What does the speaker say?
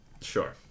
Sure